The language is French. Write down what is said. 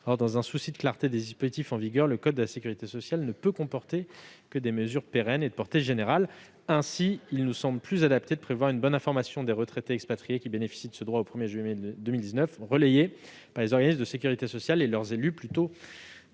Dans un souci de clarté des dispositifs en vigueur, le code de la sécurité sociale ne peut comporter que des mesures pérennes et de portée générale. Il nous semble donc plus adapté de prévoir une bonne information des retraités expatriés qui bénéficient de ce droit au 1 juillet 2019, relayée par les organismes de sécurité sociale et leurs élus.